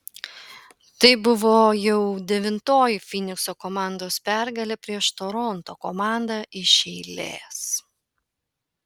tai buvo jau devintoji fynikso komandos pergalė prieš toronto komandą iš eilės